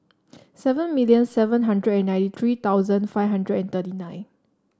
seven million seven hundred and ninety three thousand five hundred and thirty nine